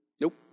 nope